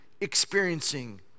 experiencing